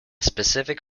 specific